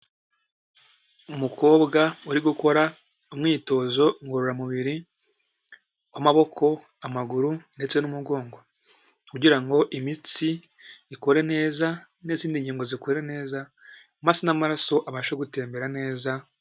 Umukobwa uri gukora umwitozo ngororamubiri w'amaboko, amaguru ndetse n'umugongo kugira ngo imitsi ikore neza n'izindi ngingo zikore neza maze n'amaraso abashe gutembera neza.